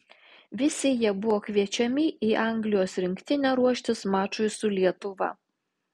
visi jie buvo kviečiami į anglijos rinktinę ruoštis mačui su lietuva